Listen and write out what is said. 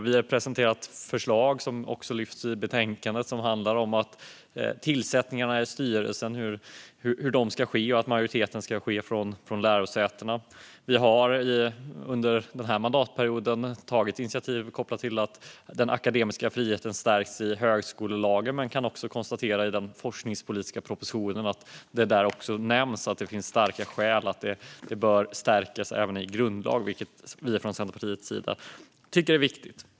Vi har presenterat förslag - som också lyfts i betänkandet - om hur tillsättningarna till styrelser ska ske; majoriteten ska vara från lärosätena. Vi har under den här mandatperioden tagit initiativ kopplat till att den akademiska friheten stärks i högskolelagen. Men vi kan också konstatera att det i den forskningspolitiska propositionen nämns att det finns starka skäl att stärka den även i grundlagen, vilket vi från Centerpartiets sida tycker är viktigt.